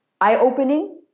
eye-opening